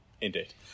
indeed